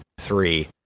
three